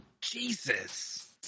Jesus